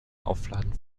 aufladen